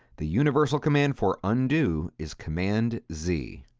the universal command for undo is command z.